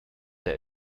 der